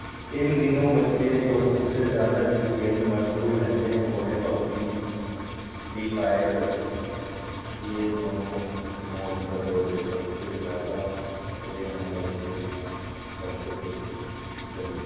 ان دنوں بچے جو سب سے زیادہ جس کھیل میں مشغول رہتے ہیں وہ ہے پب جی فری فایر یہ دونوں موجودہ دور کے سب سے زیادہ کھیلے جانے والے کھیل ہیں بچوں کے ذریعہ